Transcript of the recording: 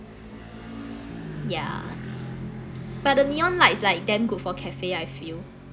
yeah but the neon lights like damn good for cafe I feel